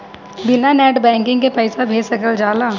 बिना net banking के पईसा भेज सकल जाला?